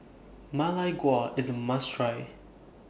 Ma Lai Gao IS A must Try